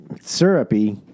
syrupy